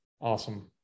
Awesome